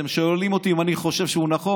אתם שואלים אותי אם אני חושב שהוא נכון?